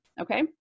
okay